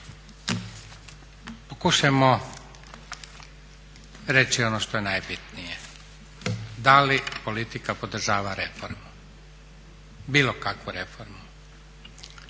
Pokušajmo reći ono što je najbitnije. Da li politika podržava reformu, bilo kakvu reformu.